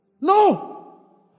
No